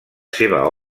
seva